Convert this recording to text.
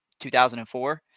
2004